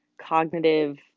cognitive